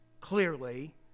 clearly